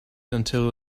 until